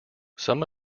some